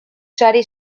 sare